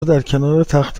درکنارتخت